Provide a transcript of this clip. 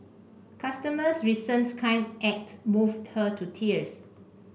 customer's recent kind act moved her to tears